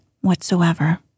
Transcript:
whatsoever